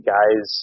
Guys